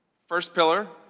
first pillar,